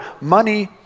money